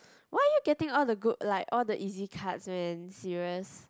why are you getting all the good like all the easy cards man serious